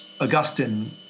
Augustine